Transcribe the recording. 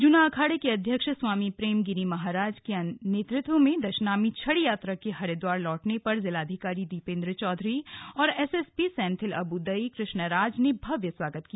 जूना अखाड़े के अध्यक्ष स्वामी प्रेमगिरि महाराज के नेतृत्व में दशनामी छड़ी यात्रा के हरिद्वार लौटने पर जिलाधिकारी दीपेंद्र चौधरी और एसएसपी सेंथिल अबुदई कृष्णराज ने भव्य स्वागत किया